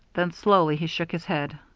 then slowly he shook his head.